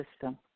system